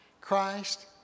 Christ